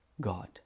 God